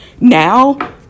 Now